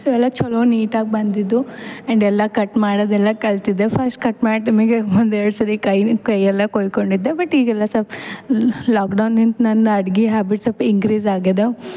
so ಎಲ್ಲಾ ಚಲೋ ನೀಟಾಗಿ ಬಂದಿದ್ದು ಆ್ಯಂಡ್ ಎಲ್ಲಾ ಕಟ್ ಮಾಡಾದೆಲ್ಲ ಕಲ್ತಿದ್ದೆ ಫಸ್ಟ್ ಕಟ್ ಮಾಡ್ಮೆಗೆ ಒಂದು ಎರಡು ಸರಿ ಕೈನು ಕೈಯಲ್ಲ ಕೊಯ್ಕೊಂಡಿದ್ದೆ ಬಟ್ ಈಗೆಲ್ಲ ಸೊಲ್ಪ ಲಾಕ್ಡೌನ್ನಿಂತ ನನ್ನ ಅಡ್ಗಿ ಹ್ಯಾಬಿಟ್ ಸೊಲ್ಪ ಇನ್ಕ್ರೀಸ್ ಆಗ್ಯದ